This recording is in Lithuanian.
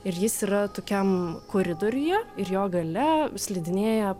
ir jis yra tokiam koridoriuje ir jo gale slidinėja